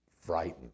frightened